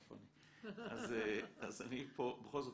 בכל זאת,